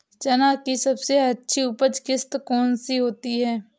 चना की सबसे अच्छी उपज किश्त कौन सी होती है?